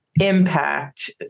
impact